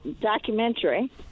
documentary